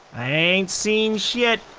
ain't seeing shit.